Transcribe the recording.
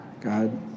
God